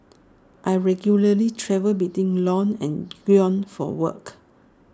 I regularly travel between Lyon and Grenoble for work